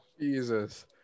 Jesus